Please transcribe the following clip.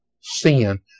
sin